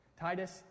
Titus